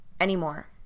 anymore